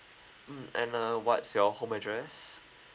mm and uh what's your home address